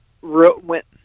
went